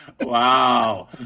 wow